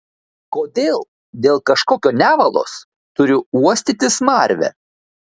kodėl dėl kažkokio nevalos turiu uostyti smarvę